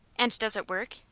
and does it work?